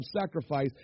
sacrifice